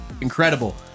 incredible